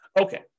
Okay